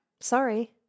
sorry